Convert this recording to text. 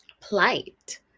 plight